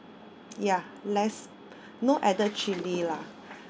ya less no added chilli lah